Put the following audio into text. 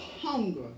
hunger